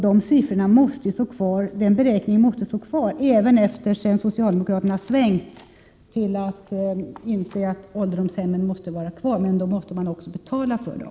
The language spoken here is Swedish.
Den beräkningen måste gälla även sedan socialdemokraterna har svängt till att inse att ålderdomshemmen måste vara kvar, men då måste man också betala för dem.